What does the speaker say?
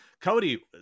Cody